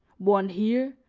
one here,